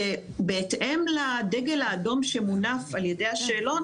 בהתאם לדגל האדום שמונף על ידי השאלון